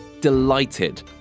delighted